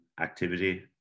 activity